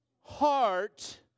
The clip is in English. heart